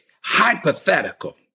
hypothetical